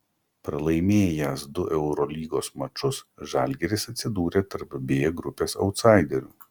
pralaimėjęs du eurolygos mačus žalgiris atsidūrė tarp b grupės autsaiderių